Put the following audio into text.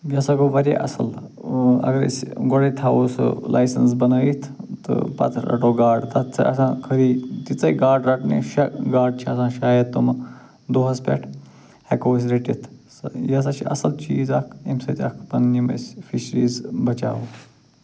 بیٚیہِ ہسا گوٚو واریاہ اصٕل اگر أسۍ گۄڈَے تھاوو سُہ لایسٮ۪ںٕس بنٲیِتھ تہٕ پَتہٕ رَٹو گاڈٕ تتھ چھِ آسان خٲلی تِژَے گاڈٕ رَٹنہِ شےٚ گاڈٕ چھِ آسان شاید تِمہٕ دۄہَس پٮ۪ٹھ ہٮ۪کو أسۍ رٔٹِتھ یہِ ہسا چھِ اصٕل چیٖز اکھ ییٚمہِ سۭتۍ اکھ پنٕنۍ یِم اَسہِ فِشریٖز بچاوو